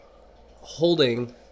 holding